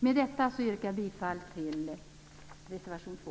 Med detta yrkar jag bifall till reservation 2.